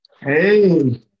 Hey